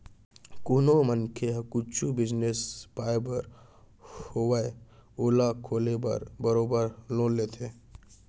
कोनो मनसे ह कुछु बिजनेस, बयपार होवय ओला खोले बर बरोबर लोन लेथे